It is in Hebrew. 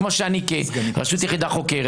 זה כמו שאני כרשות יחידה חוקרת,